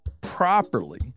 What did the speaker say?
properly